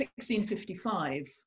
1655